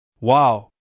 Wow